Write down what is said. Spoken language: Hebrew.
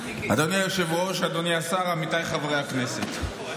אדוני היושב-ראש, אדוני השר, עמיתיי חברי הכנסת,